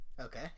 Okay